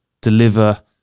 deliver